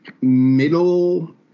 middle